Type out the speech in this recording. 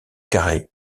carré